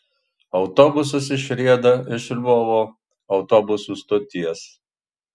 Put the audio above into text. autobusas išrieda iš lvovo autobusų stoties